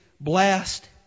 blast